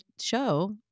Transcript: show